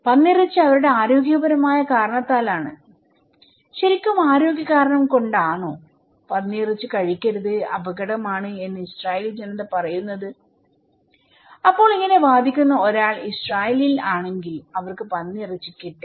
പന്നിയിറച്ചി അവരുടെ ആരോഗ്യപരമായ കാരണത്താലാണ് ശരിക്കും ആരോഗ്യ കാരണം കൊണ്ടാണോ പന്നിയിറച്ചി കഴിക്കരുത്അപകടമാണ് എന്ന് ഇസ്രായേലി ജനത പറയുന്നത് അപ്പോൾ ഇങ്ങനെ വാദിക്കുന്ന ഒരാൾ ഇസ്രായേലിൽ ആണെങ്കിൽ അവർക്ക് പന്നിയിറച്ചി കിട്ടില്ല